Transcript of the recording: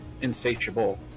Insatiable